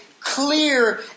clear